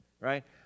right